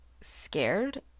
scared